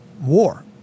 war